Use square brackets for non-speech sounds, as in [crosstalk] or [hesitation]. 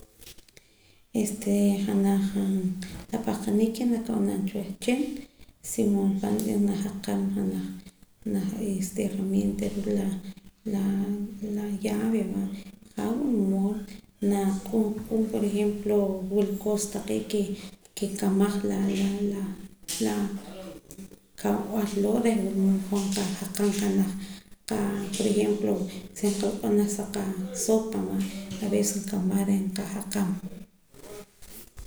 Este janaj la pahqanik ke nakab'anam cha wehchin si wulmood pa'na najaqam janaj este herramienta ruu' l [hesitation] la llave va jaa wulmood q'uun q'uun por ejemplo wula cosa taqee' ke nkamaj [noise] la kaab'al loo' reh wulmood hoj nqajaqam por ejemlo si nqaloq'om janaj sa qasopa va aves nkamaj reh nqajaqam